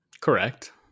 Correct